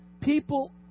people